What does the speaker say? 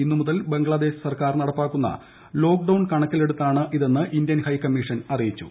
ഇന്നുമുതൽ ബംഗ്ലാദേശ് സർക്കാർ നടപ്പിലാക്കുന്ന ലോക്ഡൌൺ കണക്കിലെടുത്താണ് ഇതെന്ന് ഇന്ത്യൻ ഹൈക്കമ്മീഷൻ അറിയിച്ചു